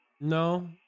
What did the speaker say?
no